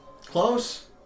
Close